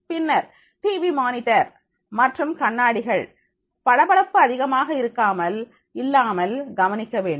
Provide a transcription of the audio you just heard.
பின்னர் TV monitor மற்றும் கண்ணாடிகள் பளபளப்பு அதிகமாக இல்லாமல் கவனிக்க வேண்டும்